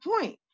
point